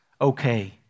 okay